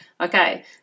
Okay